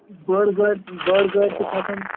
بٔڑ گٲڑۍ بٔڑ گٲڑۍ چھِ کھَسان